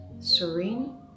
Serene